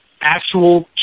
actual